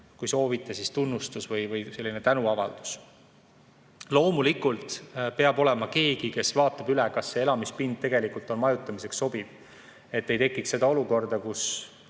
kui soovite, tunnustus või tänuavaldus. Loomulikult peab olema keegi, kes vaatab üle, kas see elamispind tegelikult majutamiseks sobib, et ei tekiks olukorda, kus